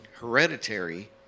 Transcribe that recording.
hereditary